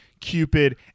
Cupid